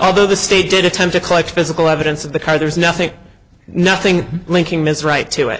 although the state did attempt a clutch physical evidence of the car there is nothing nothing linking ms right to it